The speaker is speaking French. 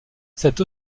cette